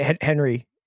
Henry